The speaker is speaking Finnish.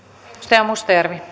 arvoisa